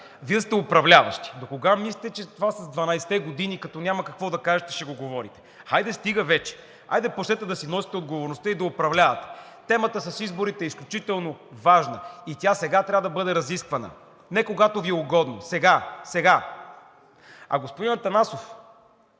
Вие сте управляващи. Докога мислите, че това с 12-те години, като няма какво да кажете, ще го говорите? Хайде стига вече! Хайде почнете да си носите отговорността и да управлявате. Темата с изборите е изключително важна и тя сега трябва да бъде разисквана, а не когато Ви е удобно! Сега! Сега! (Реплика от